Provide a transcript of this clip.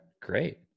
great